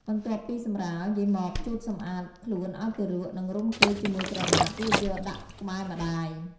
បន្ទាប់ពីសម្រាល យាយម៉បជូតសម្អាតខ្លួនឱ្យទារក និងរុំគេជាមួយក្រណាត់ រួចយកដាក់ក្បែរម្ដាយ។